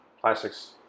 plastics